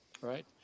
right